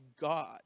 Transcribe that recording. God